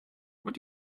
what